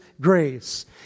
grace